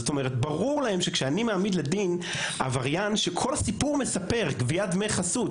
ברור להם שכשאני מעמיד לדין עבריין שכל הסיפור מספר גביית דמי חסות,